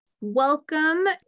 Welcome